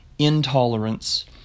intolerance